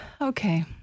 Okay